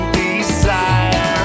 desire